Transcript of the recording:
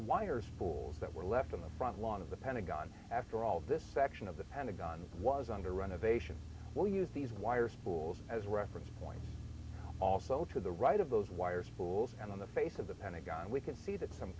wires pools that were left on the front lawn of the pentagon after all this section of the pentagon was under renovation will use these wires pools as reference points also to the right of those wires pools and on the face of the pentagon we can see that some